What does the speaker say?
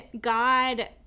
God